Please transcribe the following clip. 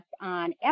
on